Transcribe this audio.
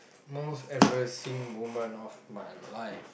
most embarrassing moment of my life